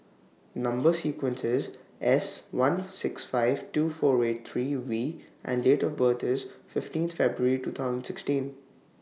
Number sequence IS S one six five two four eight three V and Date of birth IS fifteenth February twenty sixteen